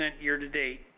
year-to-date